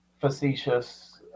facetious